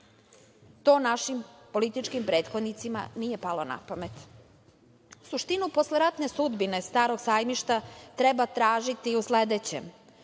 To našim političkim prethodnicima nije palo na pamet. Suštinu posleratne sudbine „Starog sajmišta“ treba tražiti i u sledećem